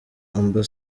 amb